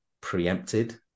preempted